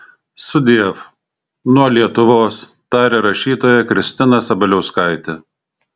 sudiev nuo lietuvos tarė rašytoja kristina sabaliauskaitė